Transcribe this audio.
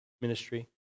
Ministry